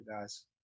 guys